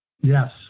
yes